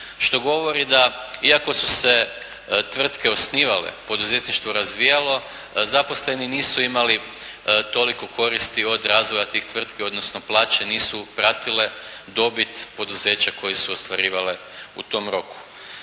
što govori da iako su se tvrtke osnivale, poduzetništvo razvijalo zaposleni nisu imali toliko koristi od razvoja tih tvrtki odnosno plaće nisu pratile dobit poduzeća koji su ostvarivale u tom roku.